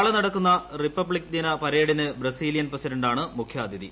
നാളെ നടക്കുന്ന റിപ്പബ്ലിക് ദിന പരേഡിന് ബ്രസീലിയൻ പ്രസിഡന്റാണ് മുഖ്യാതിഥി